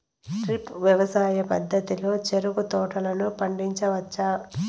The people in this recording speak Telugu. డ్రిప్ వ్యవసాయ పద్ధతిలో చెరుకు తోటలను పండించవచ్చా